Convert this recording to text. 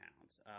pounds